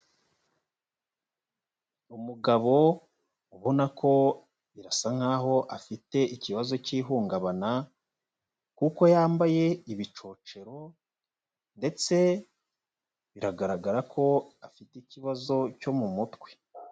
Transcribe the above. Umugabo ubona ko bisa nkaho afite ikibazo k'ihungabana kuko yambaye ibicocero ndetse biragaragara ko afite ikibazo cyo mu mutwe.